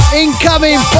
incoming